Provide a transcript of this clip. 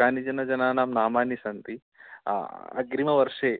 कानिचन जनानां नामानि सन्ति अग्रिमवर्षे